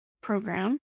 program